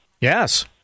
Yes